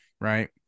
right